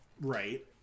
Right